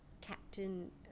Captain